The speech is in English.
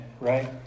right